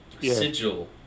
sigil